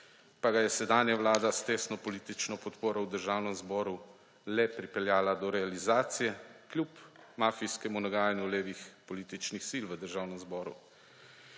pa ga je sedanja vlada s tesno politično podporo v Državnem zboru le pripeljala do realizacije, kljub mafijskemu nagajanju levih političnih sil v Državnem zboru.